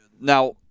now